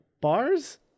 bars